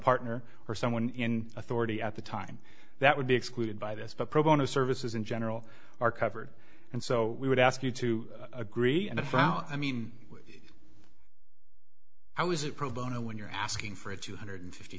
partner or someone in authority at the time that would be excluded by this but pro bono services in general are covered and so we would ask you to agree and if our i mean i was it pro bono when you're asking for a two hundred fifty